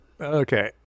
Okay